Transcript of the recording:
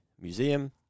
museum